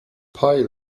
pile